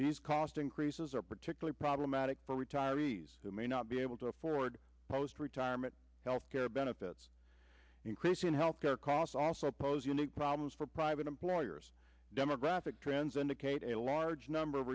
these cost increases are particularly problematic for retirees who may not be able to afford post retirement health care benefits increasing health care costs also pose unique problems for private employers demographic trends indicate a large number of